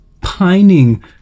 pining